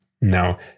Now